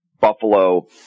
Buffalo –